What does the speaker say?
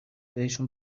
بهشون